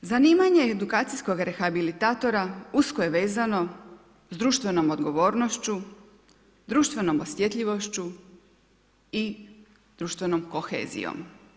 Zanimanje edukacijskog rehabilitatora usko je vezano s društvenom odgovornošću, društvenom osjetljivošću i društvenom kohezijom.